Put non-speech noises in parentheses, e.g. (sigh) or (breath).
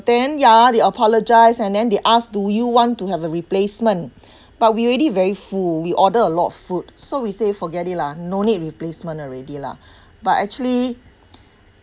then ya they apologise and then they asked do you want to have a replacement (breath) but we already very full we order a lot of food so we say forget it lah no need replacement already lah (breath) but actually